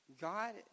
god